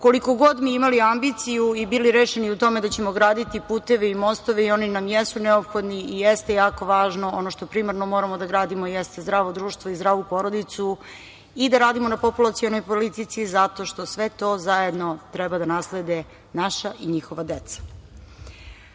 Koliko god mi imali ambiciju i bili rešeni u tome da ćemo graditi puteve i mostove, oni nam jesu neophodni i jeste jako važno, ali ono što primarno moramo da gradimo jeste zdravo društvo i zdravu porodicu i da radimo na populacionoj politici zato što sve to zajedno treba da naslede naša i njihova deca. Danas